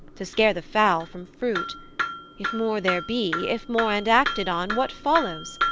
to scare the fowl from fruit if more there be, if more and acted on, what follows?